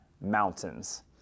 Mountains